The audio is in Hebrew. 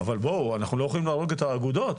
אנחנו לא יכולים להרוג את האגודות.